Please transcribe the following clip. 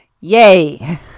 yay